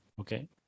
okay